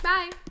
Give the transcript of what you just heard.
Bye